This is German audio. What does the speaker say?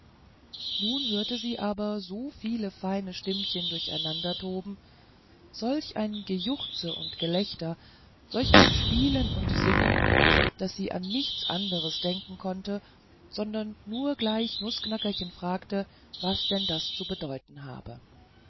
nun hörte sie aber so viel feine stimmchen durcheinandertoben solch ein gejuchze und gelächter solch ein spielen und singen daß sie an nichts anders denken konnte sondern nur gleich nußknackerchen fragte was denn das zu bedeuten habe